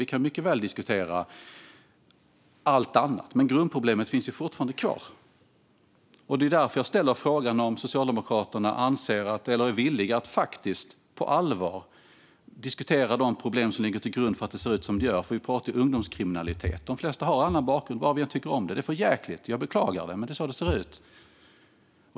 Vi kan mycket väl diskutera allt annat. Men grundproblemet finns fortfarande kvar, och det är därför jag ställer frågan om Socialdemokraterna är villiga att faktiskt på allvar diskutera de problem som ligger till grund för att det ser ut som det gör. Vi pratar om ungdomskriminalitet, och där har de flesta annan bakgrund, vad vi än tycker om det. Det är för jäkligt. Jag beklagar det, men det är så det ser ut.